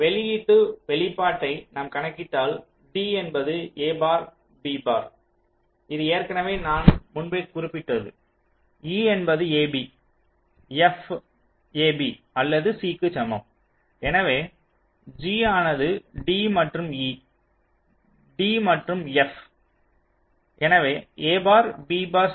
வெளியீட்டு வெளிப்பாட்டை நாம் கணக்கிட்டால் d என்பது a பார் b பார் இது ஏற்கனவே நான் முன்பே குறிப்பிட்டது e என்பது ab f ab அல்லது c க்கு சமம் எனவே g ஆனது d மற்றும் e d மற்றும் f எனவே a bar b bar c